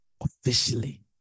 officially